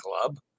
club